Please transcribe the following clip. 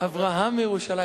אברהם מירושלים.